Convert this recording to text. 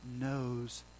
knows